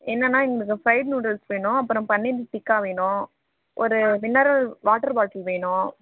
என்னென்னா எங்களுக்கு fried noodles வேணும் அப்புறம் பன்னீர் டிக்கா வேணும் ஒரு மினரல் வாட்டரு பாட்டில் வேணும்